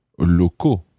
locaux